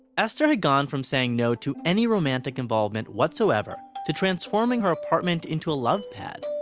esther had gone from saying no to any romantic involvement whatsoever to transforming her apartment into a love pad.